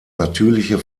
natürliche